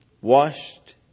washed